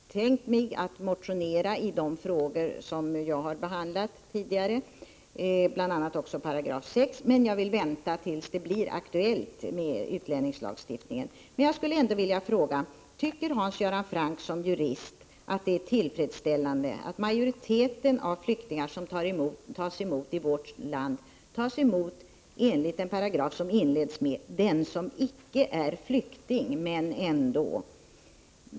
Herr talman! Det är inte obekant att det kommer en utlänningslagsproposition senare i vår, och flera av de frågor som Hans Göran Franck här berört är sådana som förhoppningsvis kommer att tas upp i den propositionen. Jag för min del har tänkt mig att motionera i de frågor som jag behandlat tidigare, bl.a. också 6 §, men jag vill vänta till dess att utlänningslagstiftningen ändå aktualiseras. Jag skulle emellertid vilja fråga: Tycker Hans Göran Franck som jurist att det är tillfredsställande att majoriteten av de flyktingar som tas emot i vårt land tas emot enligt en paragraf vars lydelse börjar med orden ”En utlänning, som inte är flykting men som ändå —--”.